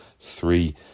three